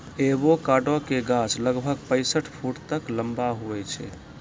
avocado के गाछ लगभग पैंसठ फुट तक लंबा हुवै छै